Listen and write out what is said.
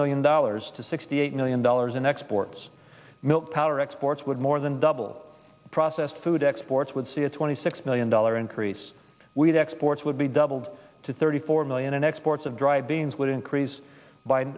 million dollars to sixty eight million dollars in exports milk powder exports would more than double processed food exports would see a twenty six million dollar increase exports would be doubled to thirty four million exports of dried beans would increase by